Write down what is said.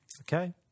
Okay